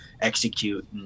execute